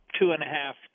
two-and-a-half